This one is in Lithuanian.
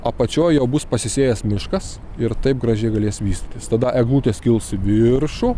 apačioj jau bus pasisėjęs miškas ir taip gražiai galės vystytis tada eglutės kils į viršų